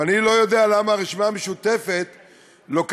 ואני לא יודע למה הרשימה המשותפת לוקחת